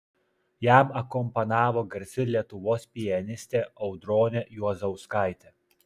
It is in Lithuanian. jam akompanavo garsi lietuvos pianistė audronė juozauskaitė